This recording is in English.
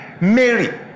Mary